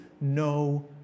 no